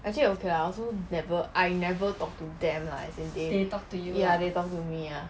I actually okay lah I also never I never talk to them lah as in they ya they talk to me ya